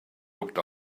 looked